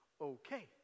Okay